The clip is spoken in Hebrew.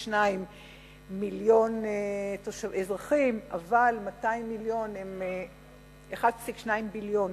1.2 מיליון אזרחים, 1.2 ביליון.